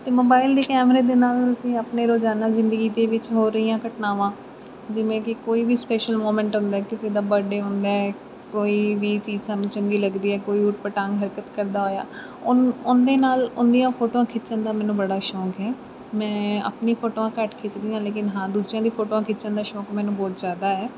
ਅਤੇ ਮੋਬਾਈਲ ਦੇ ਕੈਮਰੇ ਦੇ ਨਾਲ ਅਸੀਂ ਆਪਣੇ ਰੋਜ਼ਾਨਾ ਜ਼ਿੰਦਗੀ ਦੇ ਵਿੱਚ ਹੋ ਰਹੀਆਂ ਘਟਨਾਵਾਂ ਜਿਵੇਂ ਕਿ ਕੋਈ ਵੀ ਸਪੈਸ਼ਲ ਮੋਮੈਂਟ ਹੁੰਦਾ ਕਿਸੇ ਦਾ ਬਰਡੇ ਹੁੰਦਾ ਕੋਈ ਵੀ ਚੀਜ਼ ਸਾਨੂੰ ਲੱਗਦੀ ਹੈ ਕੋਈ ਉਟ ਪਟਾਂਗ ਹਰਕਤ ਕਰਦਾ ਹੋਇਆ ਉਹਨੂੰ ਉਹਦੇ ਨਾਲ ਉਹਦੀਆਂ ਫੋਟੋਆਂ ਖਿੱਚਣ ਦਾ ਮੈਨੂੰ ਬੜਾ ਸ਼ੌਂਕ ਹੈ ਮੈਂ ਆਪਣੀ ਫੋਟੋਆਂ ਘੱਟ ਖਿੱਚਦੀ ਹਾਂ ਲੇਕਿਨ ਹਾਂ ਦੂਜਿਆਂ ਦੀ ਫੋਟੋਆਂ ਖਿੱਚਣ ਦਾ ਸ਼ੌਂਕ ਮੈਨੂੰ ਬਹੁਤ ਜ਼ਿਆਦਾ ਹੈ